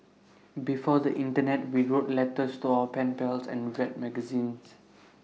before the Internet we wrote letters to our pen pals and read magazines